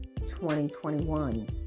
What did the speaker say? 2021